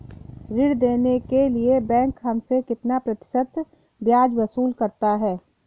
ऋण देने के लिए बैंक हमसे कितना प्रतिशत ब्याज वसूल करता है?